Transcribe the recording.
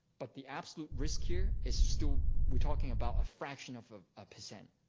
but the absolute risk here is still, we're talking about a fraction of a percent.